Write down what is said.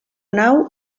nau